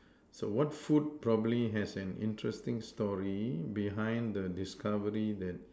so what food probably has an interesting story behind the discovery that